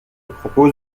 propose